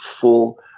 full